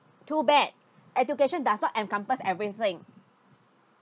too bad education does encompass everything